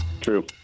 True